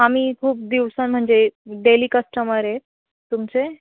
आम्ही खूप दिवसं म्हणजे डेली कस्टमर आहे तुमचे